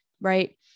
right